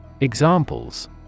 Examples